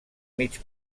mig